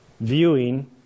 viewing